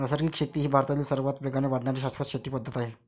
नैसर्गिक शेती ही भारतातील सर्वात वेगाने वाढणारी शाश्वत शेती पद्धत आहे